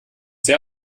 sehr